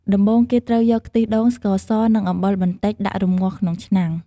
ដំបូងគេត្រូវយកខ្ទិះដូង ស្ករស និងអំបិលបន្តិចដាក់រំងាស់ក្នុងឆ្នាំង។